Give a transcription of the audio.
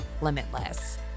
limitless